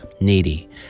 needy